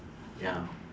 ya